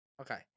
Okay